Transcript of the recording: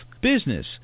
business